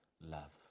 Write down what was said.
love